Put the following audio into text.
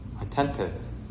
attentive